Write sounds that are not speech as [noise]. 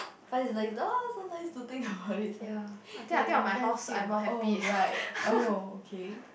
what is that oh so nice to think about [laughs] it so like my friend skip alright okay